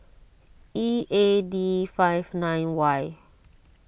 E A D five nine Y